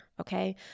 okay